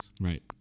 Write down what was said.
right